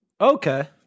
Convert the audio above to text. okay